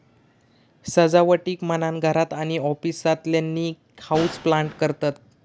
सजावटीक म्हणान घरात आणि ऑफिसातल्यानी हाऊसप्लांट करतत